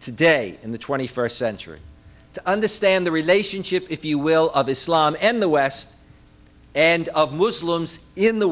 today in the twenty first century to understand the relationship if you will of islam and the west and of muslims in the